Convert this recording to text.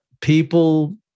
people